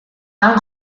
han